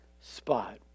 spot